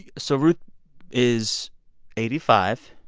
so ruth is eighty five.